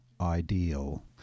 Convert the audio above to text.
ideal